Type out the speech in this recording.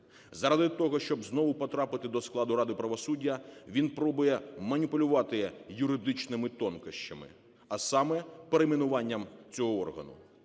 Заради того, щоби знову потрапити до складу ради правосуддя, він пробує маніпулювати юридичними тонкощами, а саме – перейменуванням цього органу.